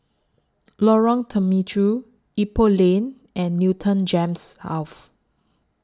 Lorong Temechut Ipoh Lane and Newton Gems